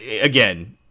again